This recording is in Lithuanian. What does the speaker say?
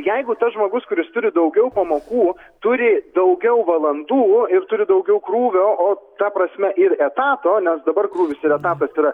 jeigu tas žmogus kuris turi daugiau pamokų turi daugiau valandų ir turi daugiau krūvio o ta prasme ir etato nes dabar krūvis ir etatas yra